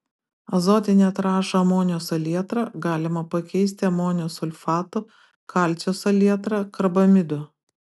azotinę trąšą amonio salietrą galima pakeisti amonio sulfatu kalcio salietra karbamidu